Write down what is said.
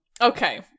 Okay